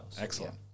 Excellent